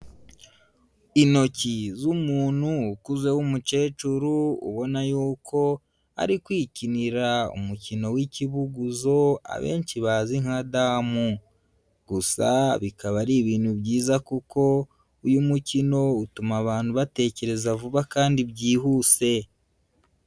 Intoki z'umuntu ukuze w'umukecuru, ubona yuko ari kwikinira umukino w'ikibuguzo abenshi bazi nka damu, gusa bikaba ari ibintu byiza kuko uyu mukino utuma abantu batekereza vuba kandi byihuse.